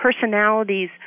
personalities